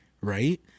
right